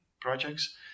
projects